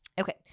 okay